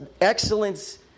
excellence